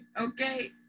okay